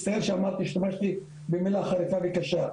אני מצטער שהשתמשתי במילה חריפה וקשה,